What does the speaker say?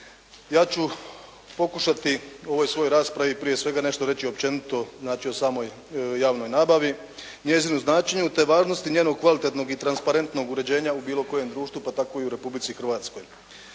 Ja ću pokušati u ovoj svojoj raspravi prije svega nešto reći općenito znači o samoj javnoj nabavi, njezinu značenju te važnosti njenog kvalitetnog i transparentnog uređenja u bilo kojem društvu pa tako i u Republici Hrvatskoj.